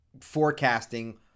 forecasting